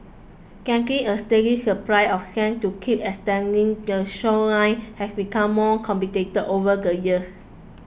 getting a steady supply of sand to keep extending the shoreline has become more complicated over the years